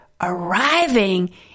arriving